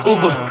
Uber